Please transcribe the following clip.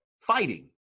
fighting